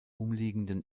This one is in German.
umliegenden